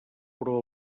però